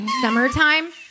summertime